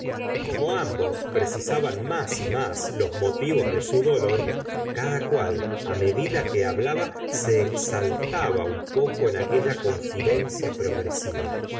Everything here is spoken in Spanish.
como ambos precisaban más y más los motivos de su dolor cada cual á medida que hablaba se exaltaba un poco en aquella confidencia progresiva